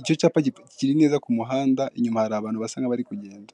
ik'icyapa kikaba giteye mu busitani.